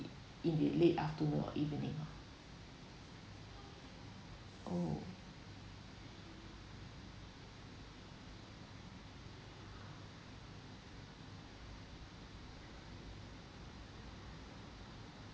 in the late afternoon or evening oh